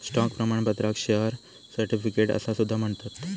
stock प्रमाणपत्राक share certificate असा सुद्धा म्हणतत